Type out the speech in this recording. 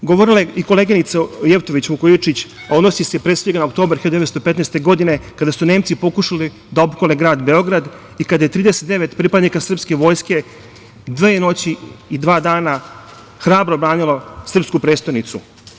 Drugi primer, govorila je i koleginica Jevtović Vukojičić, odnosi se na oktobar 1915. godine kada su Nemci pokušali da opkole grad Beograd i kada je 39 pripadnika srpske vojske dve noći i dva dana hrabro branilo srpsku prestonicu.